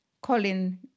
Colin